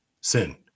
Sin